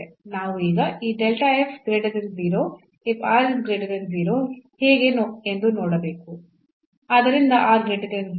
ನಾವು ಈಗ ಈ ಹೇಗೆ ಎಂದು ನೋಡಬೇಕು